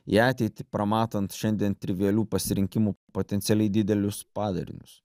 į ateitį pramatant šiandien trivialių pasirinkimų potencialiai didelius padarinius